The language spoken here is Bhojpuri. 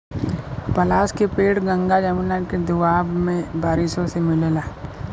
पलाश के पेड़ गंगा जमुना के दोआब में बारिशों से मिलला